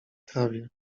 trawie